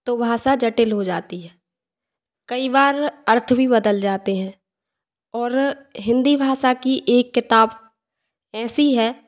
तो भाषा जटिल हो जाती है कई बार अर्थ भी बदल जाते हैं और हिंदी भाषा की एक किताब ऐसी है